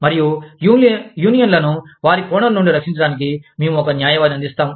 మరియు యూనియన్లను వారి కోణం నుండి రక్షించడానికి మేము ఒక న్యాయవాదిని అందిస్తాము